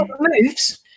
moves